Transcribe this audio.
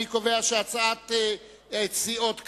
אני קובע שהצעת סיעות קדימה,